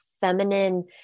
feminine